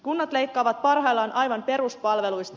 kunnat leikkaavat parhaillaan aivan peruspalveluista